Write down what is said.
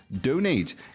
donate